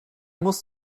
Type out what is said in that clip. muss